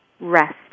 rest